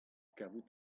kavout